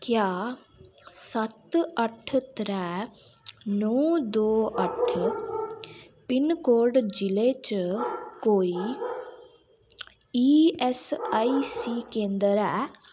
क्या सत्त अठ्ठ त्रै नौ दो अठ्ठ पिनकोड जि'ले च कोई ई ऐस्स आई सी केंदर ऐ